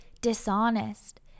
dishonest